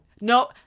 no